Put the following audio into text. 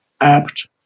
apt